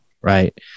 right